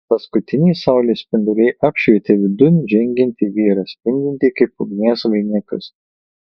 paskutiniai saulės spinduliai apšvietė vidun žengiantį vyrą spindintį kaip ugnies vainikas